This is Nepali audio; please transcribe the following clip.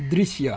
दृश्य